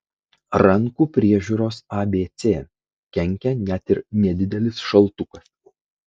rankų priežiūros abc kenkia net ir nedidelis šaltukas